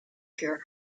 cure